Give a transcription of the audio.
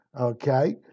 okay